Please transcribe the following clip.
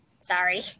Sorry